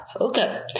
okay